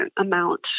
amount